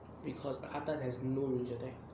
because karthus has no major attack